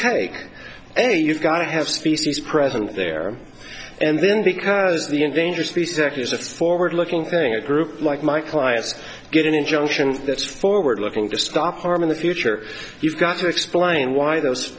take a you've got to have species present there and then because the endangered species act is a forward looking thing a group like my clients get an injunction that's forward looking to stop harm in the future you've got to explain why those